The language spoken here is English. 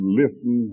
listen